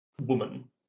woman